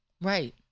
Right